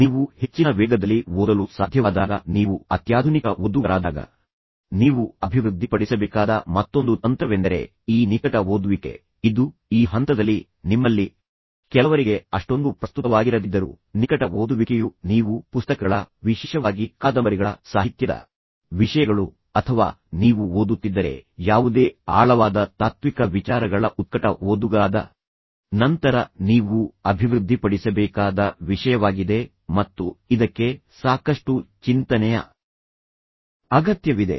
ನೀವು ಹೆಚ್ಚಿನ ವೇಗದಲ್ಲಿ ಓದಲು ಸಾಧ್ಯವಾದಾಗ ನೀವು ಅತ್ಯಾಧುನಿಕ ಓದುಗರಾದಾಗ ನೀವು ಅಭಿವೃದ್ಧಿಪಡಿಸಬೇಕಾದ ಮತ್ತೊಂದು ತಂತ್ರವೆಂದರೆ ಈ ನಿಕಟ ಓದುವಿಕೆ ಇದು ಈ ಹಂತದಲ್ಲಿ ನಿಮ್ಮಲ್ಲಿ ಕೆಲವರಿಗೆ ಅಷ್ಟೊಂದು ಪ್ರಸ್ತುತವಾಗಿರದಿದ್ದರೂ ನಿಕಟ ಓದುವಿಕೆಯು ನೀವು ಪುಸ್ತಕಗಳ ವಿಶೇಷವಾಗಿ ಕಾದಂಬರಿಗಳ ಸಾಹಿತ್ಯದ ವಿಷಯಗಳು ಅಥವಾ ನೀವು ಓದುತ್ತಿದ್ದರೆ ಯಾವುದೇ ಆಳವಾದ ತಾತ್ವಿಕ ವಿಚಾರಗಳ ಉತ್ಕಟ ಓದುಗರಾದ ನಂತರ ನೀವು ಅಭಿವೃದ್ಧಿಪಡಿಸಬೇಕಾದ ವಿಷಯವಾಗಿದೆ ಮತ್ತು ಇದಕ್ಕೆ ಸಾಕಷ್ಟು ಚಿಂತನೆಯ ಅಗತ್ಯವಿದೆ